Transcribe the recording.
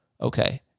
Okay